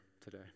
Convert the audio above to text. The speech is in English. today